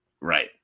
Right